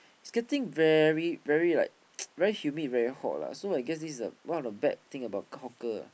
it's getting very very like very humid very hot lah so I guess this is a one of the bad thing about hawker lah